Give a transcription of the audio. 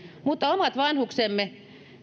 mutta kun omat vanhuksemme